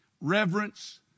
Reverence